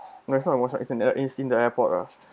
that's not an watch shop is in it's in the airport ah